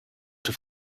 have